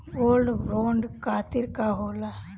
Gold bond करतिं का होला?